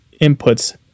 inputs